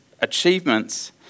achievements